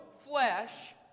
flesh